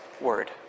word